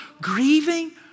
grieving